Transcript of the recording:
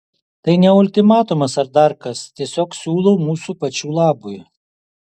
tai ne ultimatumas ar dar kas tiesiog siūlau mūsų pačių labui